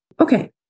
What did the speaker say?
Okay